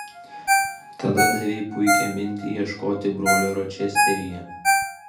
tada davei puikią mintį ieškoti brolio ročesteryje